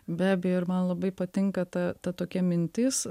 be abejo ir man labai patinka ta ta tokia mintis